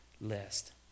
list